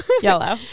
yellow